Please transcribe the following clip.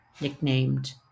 nicknamed